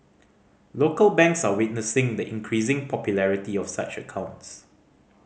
local banks are witnessing the increasing popularity of such accounts